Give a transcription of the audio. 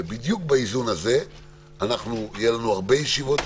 בדיוק באיזון הזה יהיו לנו הרבה ישיבות,